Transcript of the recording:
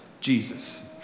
Jesus